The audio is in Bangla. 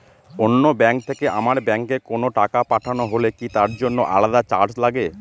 অন্য ব্যাংক থেকে আমার ব্যাংকে কোনো টাকা পাঠানো হলে কি তার জন্য আলাদা চার্জ লাগে?